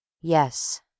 Yes